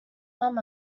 mum